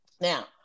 Now